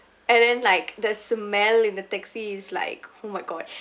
and then like the smell in the taxi is like oh my gosh